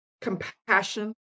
compassion